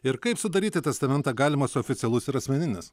ir kaip sudaryti testamentą galimas oficialus ir asmeninis